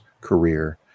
career